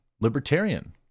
libertarian